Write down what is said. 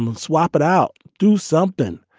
and swap it out. do somethin.